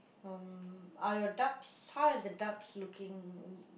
um are your ducks how is the ducks looking